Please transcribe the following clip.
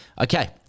Okay